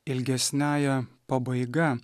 ilgesniąja pabaiga